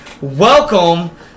welcome